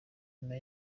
nyuma